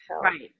Right